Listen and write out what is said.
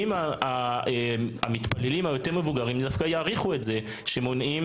שהמתפללים המבוגרים יעריכו את זה שמונעים